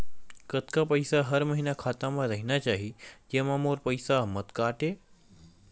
कतका पईसा हर महीना खाता मा रहिना चाही जेमा मोर पईसा मत काटे?